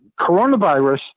coronavirus